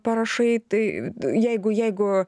parašai tai jeigu jeigu